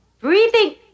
breathing